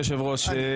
אדוני היושב ראש,